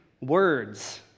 words